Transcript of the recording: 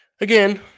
Again